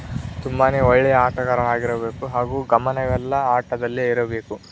ತುಂಬಾ ಒಳ್ಳೆಯ ಆಟಗಾರರಾಗಿರಬೇಕು ಹಾಗೂ ಗಮನವೆಲ್ಲ ಆಟದಲ್ಲೇ ಇರಬೇಕು